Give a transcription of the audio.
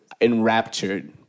enraptured